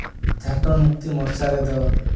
ᱡᱷᱟᱲᱠᱷᱚᱸᱰ ᱢᱩᱠᱛᱤ ᱢᱳᱨᱪᱟ ᱨᱮᱫᱚ